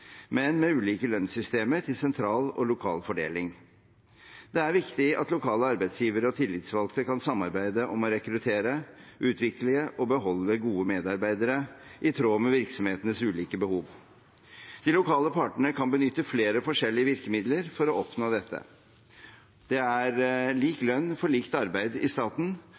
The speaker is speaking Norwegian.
men med ulike lønnssystemer til sentral og lokal fordeling. Det er viktig at lokale arbeidsgivere og tillitsvalgte kan samarbeide om å rekruttere, utvikle og beholde gode medarbeidere i tråd med virksomhetenes ulike behov. De lokale partene kan benytte flere forskjellige virkemidler for å oppnå dette. Det er lik lønn for likt arbeid i staten,